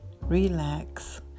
relax